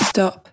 Stop